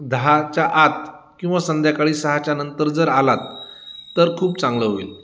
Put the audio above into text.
दहाच्या आत किंवा संध्याकाळी सहाच्या नंतर जर आलात तर खूप चांगलं होईल